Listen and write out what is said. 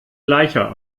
gleicher